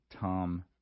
Tom